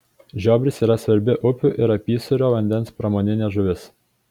žiobris yra svarbi upių ir apysūrio vandens pramoninė žuvis